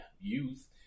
youth